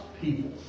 people